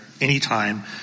anytime